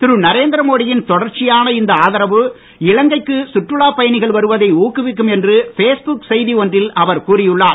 திரு நரேந்திர மோடி யின் தொடர்ச்சியான இந்த ஆதரவு இலங்கை க்கு சுற்றுலாப் பயணிகள் வருவதை ஊக்குவிக்கும் என்று பேஸ்புக் செய்தி ஒன்றில் அவர் கூறியுள்ளார்